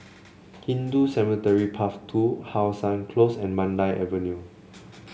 Hindu Cemetery Path Two How Sun Close and Mandai Avenue